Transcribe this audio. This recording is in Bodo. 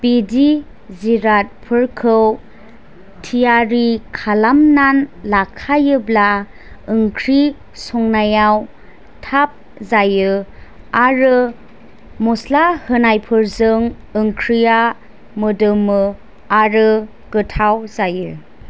बिदि जिरादफोरखौ थियारि खालामनानै लाखायोब्ला ओंख्रि संनायाव थाब जायो आरो मस्ला होनायफोरजों ओंख्रिया मोदोमो आरो गोथाव जायो